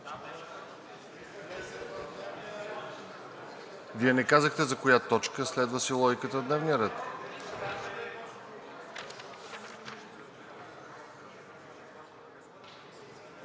Вие не казахте за коя точка, следва си логиката дневният ред.